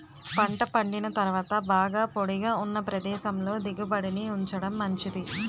పంట పండిన తరువాత బాగా పొడిగా ఉన్న ప్రదేశంలో దిగుబడిని ఉంచడం మంచిది